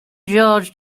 george